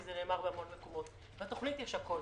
כי זה נאמר בהמון מקומות: בתוכנית יש הכול.